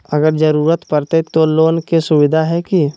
अगर जरूरत परते तो लोन के सुविधा है की?